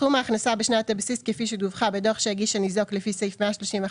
סכום ההכנסה בשנת הבסיס כפי שדווחה בדוח שהגיש הניזוק לפי סעיף 131